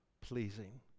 Pleasing